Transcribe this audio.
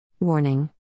Warning